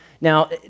Now